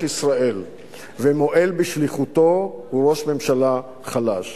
ישראל ומועל בשליחותו הוא ראש ממשלה חלש.